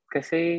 Kasi